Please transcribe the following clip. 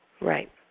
Right